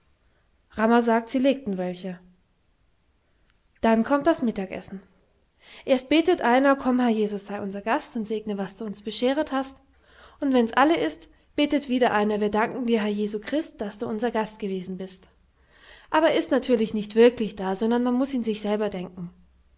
rammer sagt sie legten welche dann kommt das mittagessen erst betet einer komm herr jesu sei unser gast und segne was du uns bescheret hast und wenns alle ist betet wieder einer wir danken dir herr jesu christ das du unser gast gewesen bist aber er ist natürlich nicht wirklich da sondern man muß sich ihn selber denken